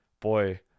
boy